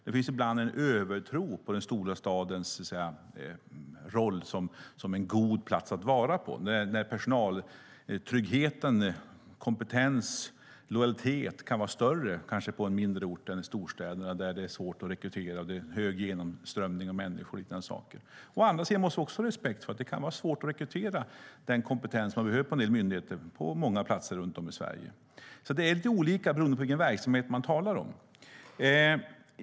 Det finns ibland en övertro på den stora stadens roll som en god plats att vara på, när personaltryggheten, kompetensen och lojaliteten kan vara större på en mindre ort än i storstäderna där det är svårt att rekrytera och där det är en stor genomströmning av människor och liknande. Å andra sidan måste vi ha respekt för att det på många platser runt om i Sverige kan vara svårt att rekrytera den kompetens som man behöver på en del myndigheter. Det ser alltså lite olika ut beroende på vilken verksamhet man talar om.